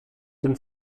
tym